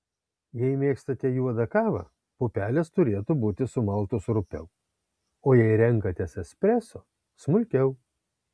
jei mėgstate juodą kavą pupelės turėtų būti sumaltos rupiau o jei renkatės espreso smulkiau